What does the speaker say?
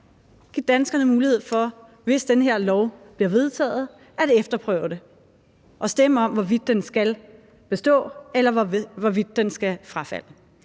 i Folketingssalen for det, hvis den her lov bliver vedtaget, at efterprøve det og stemme om, hvorvidt den skal bestå, eller hvorvidt den skal frafaldes.